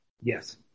Yes